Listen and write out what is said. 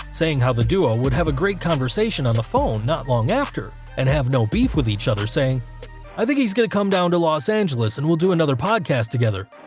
saying how the duo would have a great conversation on the phone not long after, and have no beef with each other, saying i think he's going to come down to los angeles and we'll do another podcast together.